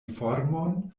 formon